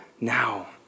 now